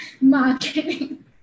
marketing